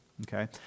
okay